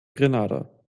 grenada